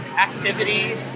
activity